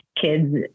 kids